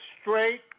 straight